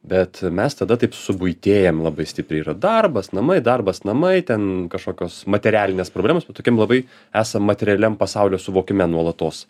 bet mes tada taip subuitėjam labai stipriai yra darbas namai darbas namai ten kažkokios materialinės problemos bet tokiam labai esam materialiam pasaulio suvokime nuolatos